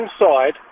inside